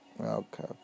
okay